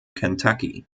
kentucky